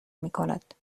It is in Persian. میکند